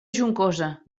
juncosa